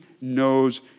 knows